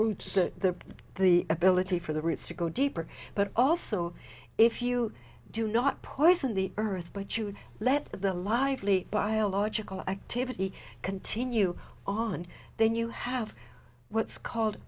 roots to the ability for the roots to go deeper but also if you do not put ice in the earth but you let the lively biological activity continue on then you have what's called